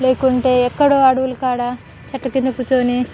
లేకుంటే ఎక్కడో అడవులు కాడ చెట్ల కింద కూర్చోని